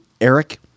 Eric